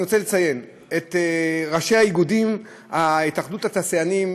אני רוצה לציין את ראשי האיגודים בהתאחדות התעשיינים,